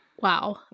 Wow